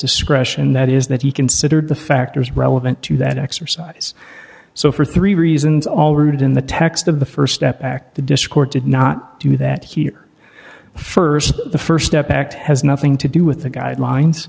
discretion that is that he considered the factors relevant to that exercise so for three reasons all rooted in the text of the st step act the dischord did not do that here st the st step act has nothing to do with the guidelines